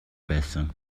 байсан